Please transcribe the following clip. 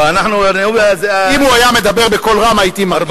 לא, אנחנו, אם הוא היה מדבר בקול רם, הייתי, אותו.